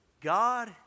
God